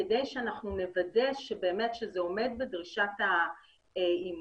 כדי שאנחנו נוודא שבאמת זה עומד בדרישת האימות,